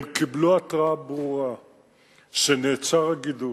קיבלו התרעה ברורה שנעצר הגידול,